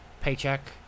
paycheck